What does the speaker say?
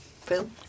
Phil